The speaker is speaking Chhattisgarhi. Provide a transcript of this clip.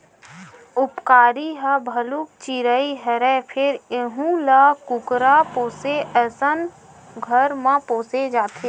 उपकारी ह भलुक चिरई हरय फेर यहूं ल कुकरा पोसे असन घर म पोसे जाथे